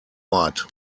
ort